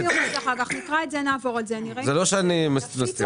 זה לא אומר שאני מסכים.